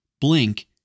blink